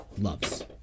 loves